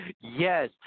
Yes